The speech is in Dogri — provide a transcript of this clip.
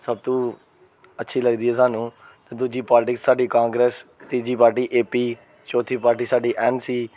सबतूं अच्छी लगदी ऐ सानू ते दूजी पार्टी साड्डी कांग्रेस तीजी पार्टी ऐ पी चौथी पार्टी साढ़ी एन सी